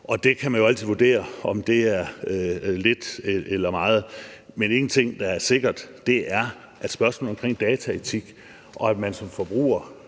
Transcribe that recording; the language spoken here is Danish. Man kan jo altid vurdere, om det er lidt eller meget. Men en ting er sikkert, og det er, at spørgsmål omkring dataetik, og at man som forbruger